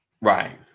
Right